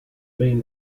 been